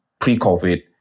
pre-COVID